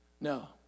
No